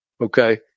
Okay